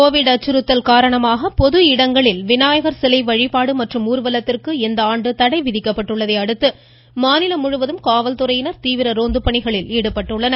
Covid அச்சுறுத்தல் காரணமாக பொது இடங்களில் விநாயகர் சிலை வழிபாடு மற்றும் ஊர்வலத்திற்கு இந்த ஆண்டு தடை விதிக்கப்பட்டுள்ளதையடுத்து மாநிலம் முழுவதும் காவல்துறையினர் தீவிர ரோந்து பணியை மேற்கொண்டுள்ளனர்